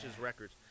Records